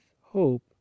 hope